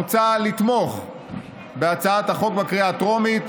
מוצע לתמוך בהצעת החוק בקריאה הטרומית,